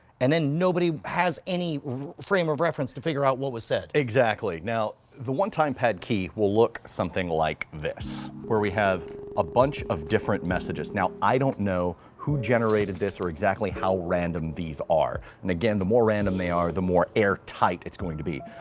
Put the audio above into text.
and then nobody has any frame of references to figure out what was said. exactly, now the one time pad key will look something like this, where we have a bunch of different messages. now, i don't know who generated this or exactly how random these are. and again the more random they are, the more airtight it's going to be.